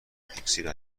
اکسیر